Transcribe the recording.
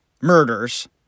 murders